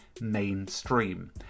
mainstream